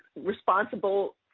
responsible